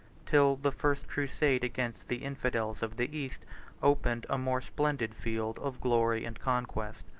till the first crusade against the infidels of the east opened a more splendid field of glory and conquest.